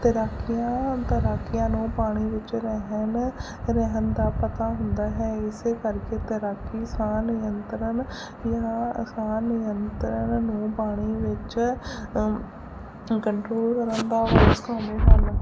ਤੈਰਾਕੀਆਂ ਤੈਰਾਕੀਆਂ ਨੂੰ ਪਾਣੀ ਵਿੱਚ ਰਹਿਣ ਰਹਿਣ ਦਾ ਪਤਾ ਹੁੰਦਾ ਹੈ ਇਸੇ ਕਰਕੇ ਤੈਰਾਕੀ ਸਾਹ ਨਿਯੰਤਰਣ ਯਾਂ ਸਾਹ ਨਿਯੰਤਰਣ ਨੂੰ ਪਾਣੀ ਵਿੱਚ ਕੰਟਰੋਲ ਕਰਨ ਦਾ